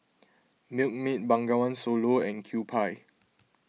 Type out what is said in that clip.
Milkmaid Bengawan Solo and Kewpie